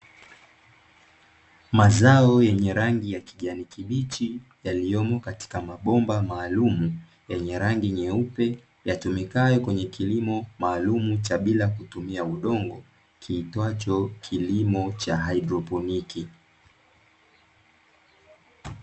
Mazao yenye rangi ya kijani kibichi, yaliyomo katika mabomba maalumu yenye rangi nyeupe, yatumikayo kwenye kilimo maalumu cha bila kutumia udongo, kiitwacho kilimo cha haidroponi.